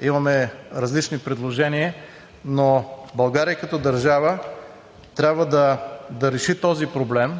имаме различни предложения, но България като държава трябва да реши този проблем